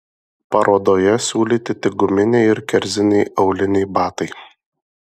parodoje siūlyti tik guminiai ir kerziniai auliniai batai